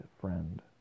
friend